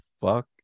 fuck